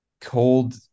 cold